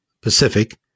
Pacific